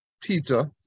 peter